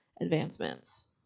advancements